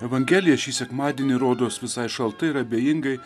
evangelija šį sekmadienį rodos visai šaltai ir abejingai